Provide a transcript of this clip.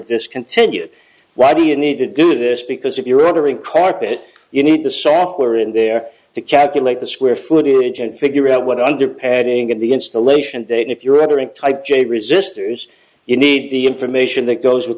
this continue why do you need to do this because if you're ordering carpet you need the software in there to calculate the square footage and figure out what under padding at the installation date if you're entering type jayde resistors you need the information that goes with